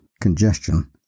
congestion